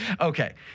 Okay